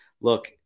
look